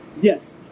Yes